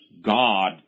God